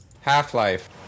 Half-Life